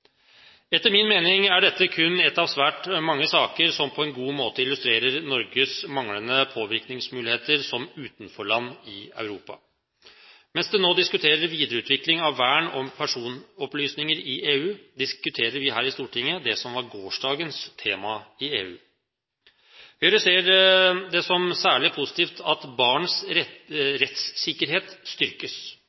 Etter min mening er dette kun én av svært mange saker som på en god måte illustrerer Norges manglende påvirkningsmuligheter som utenforland i Europa. Mens det nå diskuteres videreutvikling av vern om personopplysninger i EU, diskuterer vi her i Stortinget det som var gårsdagens tema i EU. Høyre ser det som særlig positivt at barns rettssikkerhet styrkes.